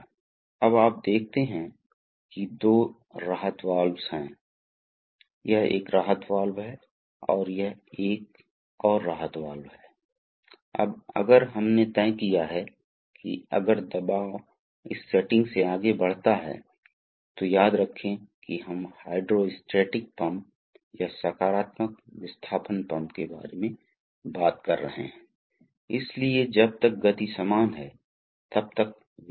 इसलिए हम कर सकते हैं हम गुणा कर सकते हैं हम हर बड़े बालों का निर्माण कर सकते हैं और कभी कभी यह किसी के मन में एक भ्रम पैदा कर सकता है कि अचानक कैसे मेरा मतलब यह है कि भौतिक विज्ञान के किसी भी कानून को अमान्य करना ऊर्जा संरक्षण है ऊर्जा वास्तव में संरक्षित है क्योंकि ऊर्जा या पावर बल गुणा वेग है इसलिए हम इस पर गौर कर सकते हैं